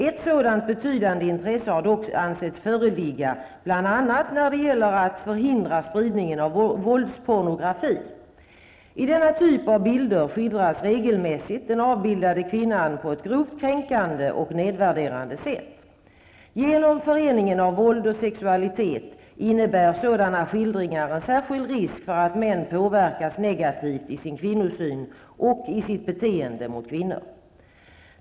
Ett sådant betydande intresse har dock ansetts föreligga bl.a. när det gäller att förhindra spridningen av våldspornografi. I denna typ av bilder skildras regelmässigt den avbildade kvinnan på ett grovt kränkande och nedvärderande sätt. Genom föreningen av våld och sexualitet innebär sådana skildringar en särskild risk för att män påverkas negativt i sin kvinnosyn och i sitt beteende mot kvinnor.